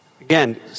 again